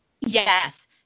Yes